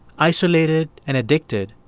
isolated and addicted,